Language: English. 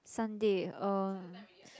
Sunday eh